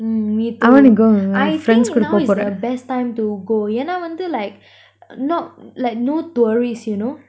mm me too I think now is the best time to go என்ன வந்து:enna vanthu like not like no tourists you know